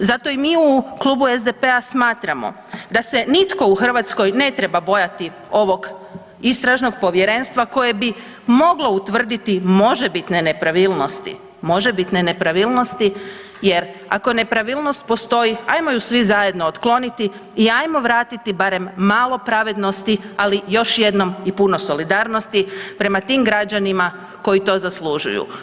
Zato mi u Klubu SDP-a smatramo da se nitko u Hrvatskoj ne treba bojati ovog Istražnog povjerenstva koje bi moglo utvrditi možebitne nepravilnosti, možebitne nepravilnosti jer ako nepravilnost postoji hajmo ju svi zajedno otkloniti i hajmo vratiti barem malo pravednosti ali još jednom i puno solidarnosti prema tim građanima koji to zaslužuju.